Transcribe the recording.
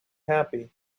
happy